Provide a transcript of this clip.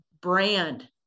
brand